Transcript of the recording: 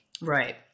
Right